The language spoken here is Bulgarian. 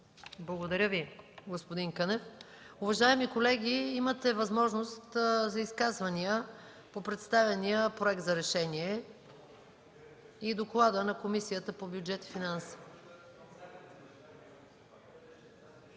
Благодаря Ви, господин Кънев. Уважаеми колеги, имате възможност за изказвания по представения проект за решение и доклада на Комисията по бюджет и финанси.